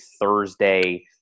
Thursday